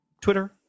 Twitter